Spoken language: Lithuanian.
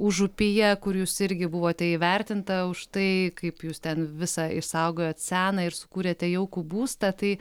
užupyje kur jūs irgi buvote įvertinta už tai kaip jūs ten visa išsaugojot seną ir sukūrėte jaukų būstą tai